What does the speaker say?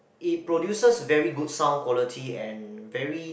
it produces very good sound quality and very